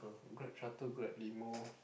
Grab Shuttle Grab limo